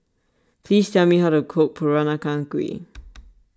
please tell me how to cook Peranakan Kueh